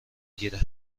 گیره